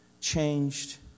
changed